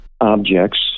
objects